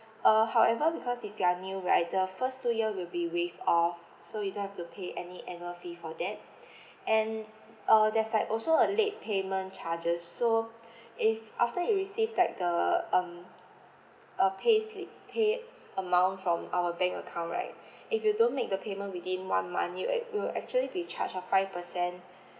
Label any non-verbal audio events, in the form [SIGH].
uh however because since you are new right the first two year will be waived off so you don't have to pay any annual fee for that [BREATH] and uh there's like also a late payment charges so [BREATH] if after you receive that the um a pay slip pay amount from our bank account right if you don't make the payment within one monthly right you will actually be charged a five percent